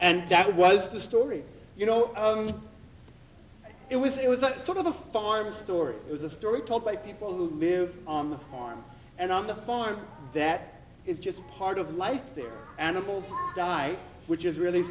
and that was the story you know it was it was a sort of the farm story it was a story told by people who lived on the farm and on the farm that is just part of life there are animals die which is really